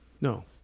No